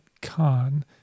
Khan